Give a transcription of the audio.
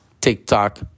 TikTok